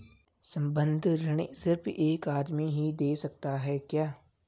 संबंद्ध ऋण सिर्फ एक आदमी ही दे सकता है क्या?